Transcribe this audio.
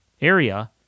area